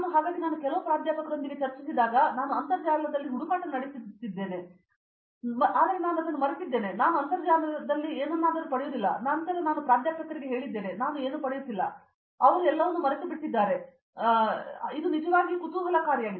ಹಾಗಾಗಿ ನಾವು ಕೆಲವು ಪ್ರಾಧ್ಯಾಪಕರೊಂದಿಗೆ ಚರ್ಚಿಸಿದಾಗ ನಾನು ಅಂತರ್ಜಾಲದಲ್ಲಿ ಹುಡುಕಾಟ ನಡೆಸುತ್ತಿದ್ದೇನೆ ಆದರೆ ನಾನು ಅದನ್ನು ಮರೆತಿದ್ದೇನೆ ಆದರೆ ನಾನು ಅಂತರ್ಜಾಲದಲ್ಲಿ ಏನನ್ನಾದರೂ ಪಡೆಯುವುದಿಲ್ಲ ನಂತರ ನಾನು ಪ್ರಾಧ್ಯಾಪಕರಿಗೆ ಹೇಳಿದ್ದೇನೆ ನಾನು ಏನು ಪಡೆಯುತ್ತಿಲ್ಲ ಅವನು ಎಲ್ಲವನ್ನೂ ಮರೆತುಬಿಟ್ಟಿದ್ದಾನೆ ಇದು ನಿಜವಾಗಿಯೂ ಕುತೂಹಲಕಾರಿಯಾಗಿದೆ